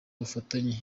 ubufatanye